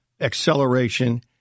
acceleration